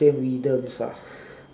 same rhythms ah